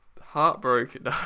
heartbroken